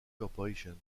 corporation